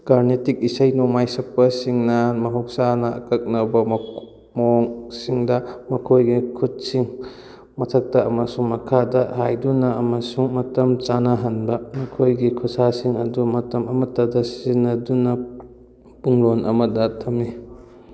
ꯀꯥꯔꯅꯦꯇꯤꯛ ꯏꯁꯩ ꯅꯣꯡꯃꯥꯏ ꯁꯛꯄꯁꯤꯡꯅ ꯃꯍꯧꯁꯥꯅ ꯑꯀꯛꯅꯕ ꯃꯑꯣꯡꯁꯤꯡꯗ ꯃꯈꯣꯏꯒꯤ ꯈꯨꯠꯁꯤꯡ ꯃꯊꯛꯇ ꯑꯃꯁꯨꯡ ꯃꯈꯥꯗ ꯍꯥꯏꯗꯨꯅ ꯑꯃꯁꯨꯡ ꯃꯇꯝ ꯆꯥꯅꯍꯟꯕ ꯃꯈꯣꯏꯒꯤ ꯈꯨꯁꯥꯁꯤꯡ ꯑꯗꯨ ꯃꯇꯝ ꯑꯃꯇꯗ ꯁꯤꯖꯤꯟꯅꯗꯨꯅ ꯄꯨꯡꯂꯣꯟ ꯑꯃꯗ ꯊꯝꯃꯤ